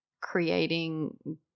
creating